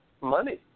money